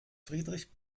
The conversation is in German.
friedrich